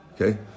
Okay